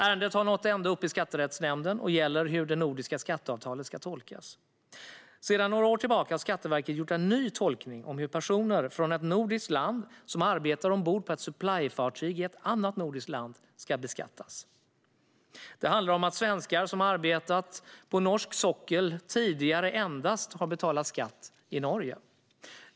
Ärendet har nått ända upp i Skatterättsnämnden och gäller hur det nordiska skatteavtalet ska tolkas. Sedan några år tillbaka har Skatteverket gjort en ny tolkning gällande hur personer från ett nordiskt land som arbetar ombord på supplyfartyg i ett annat nordiskt land ska beskattas. Det handlar om att svenskar som arbetat på norsk sockel tidigare endast har betalat skatt i Norge.